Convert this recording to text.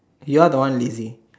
you are the one lazy